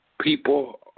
people